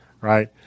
right